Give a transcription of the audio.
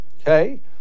Okay